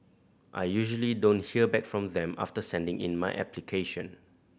I usually don't hear back from them after sending in my application